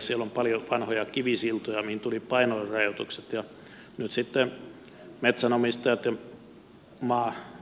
siellä on paljon vanhoja kivisiltoja mihin tulivat painorajoitukset ja nyt sitten metsänomistajat ja